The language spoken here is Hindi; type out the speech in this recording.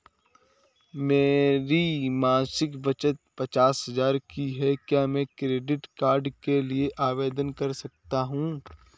मेरी मासिक बचत पचास हजार की है क्या मैं क्रेडिट कार्ड के लिए आवेदन कर सकता हूँ?